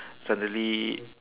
suddenly